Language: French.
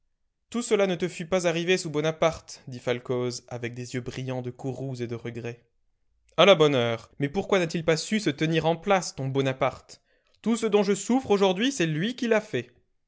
tout cela ne te fût pas arrivé sous bonaparte dit falcoz avec des yeux brillants de courroux et de regret a la bonne heure mais pourquoi n'a-t-il pas su se tenir en place ton bonaparte tout ce dont je souffre aujourd'hui c'est lui qui l'a fait